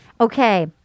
okay